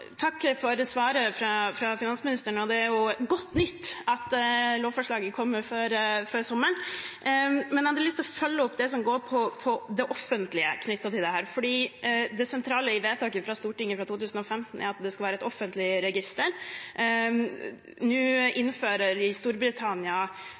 godt nytt at lovforslaget kommer før sommeren. Jeg hadde lyst til å følge opp det som går på det offentlige knyttet til dette, fordi det sentrale i vedtaket fra Stortinget i 2015 er at det skal være et offentlig register. Nå